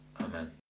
Amen